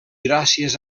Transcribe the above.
gràcies